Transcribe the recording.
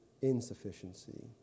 insufficiency